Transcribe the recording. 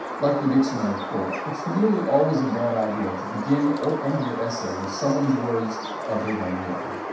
like the dictionary quote, it's nearly always a bad idea to begin or end your essay with someone's words other than your own.